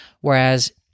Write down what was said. Whereas